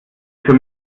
für